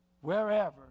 Wherever